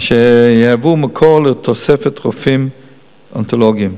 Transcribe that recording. ואשר יהוו מקור לתוספת רופאים נאונטולוגים.